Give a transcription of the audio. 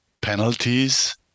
penalties